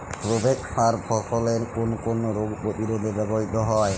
Provex সার ফসলের কোন কোন রোগ প্রতিরোধে ব্যবহৃত হয়?